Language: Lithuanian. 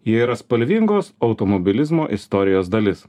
ir spalvingos automobilizmo istorijos dalis